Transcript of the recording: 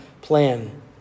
plan